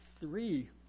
three